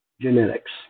genetics